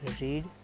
read